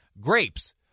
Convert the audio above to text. grapes